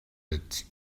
its